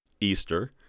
Easter